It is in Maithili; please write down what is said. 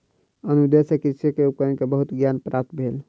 अनुदेश सॅ कृषक के उपकरण के बहुत ज्ञान प्राप्त भेल